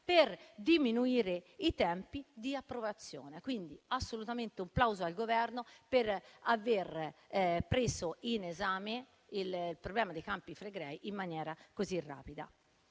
per diminuire i tempi di approvazione. Quindi, va rivolto un plauso al Governo per aver preso in esame il problema dei Campi Flegrei in maniera così rapida.